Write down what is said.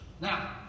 Now